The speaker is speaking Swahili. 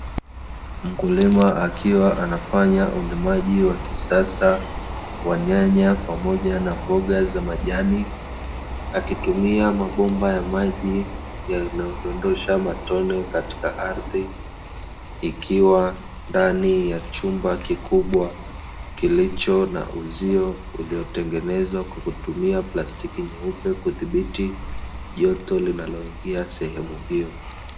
Mkulima akiwa anafanya ulimaji wa kisasa wa nyanya pamoja na mboga za majani, akitumia mabomba ya maji yanayo dondosha matone katika ardhi, ikiwa ndani ya chumba kikubwa kilicho na uzio unaotengenezwa kwa kutumia plastiki nyeupe kudhibiti joto linaloingia sehemu hio.